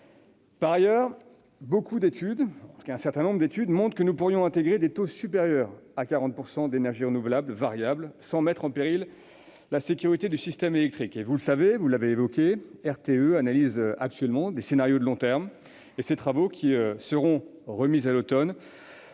Par ailleurs, un certain nombre d'études montrent que nous pourrions intégrer des taux supérieurs à 40 % d'énergies renouvelables variables sans mettre en péril la sécurité du système électrique. Comme vous le savez, RTE analyse actuellement des scénarios de long terme. Ces travaux nous seront remis à l'automne